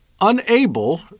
unable